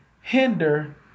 hinder